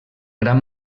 gran